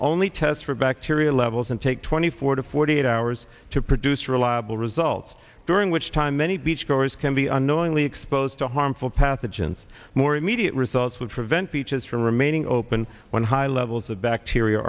only test for bacteria levels and take twenty four to forty eight hours to produce reliable results during which time many beachgoers can be unknowingly exposed to harmful pathogens more immediate results will prevent beaches from remaining open when high levels of bacteria